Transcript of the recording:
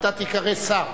תיקרא שר.